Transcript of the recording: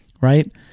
Right